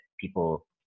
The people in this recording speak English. people